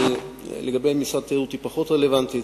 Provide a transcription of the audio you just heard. לגבי משרד התיירות היא פחות רלוונטית,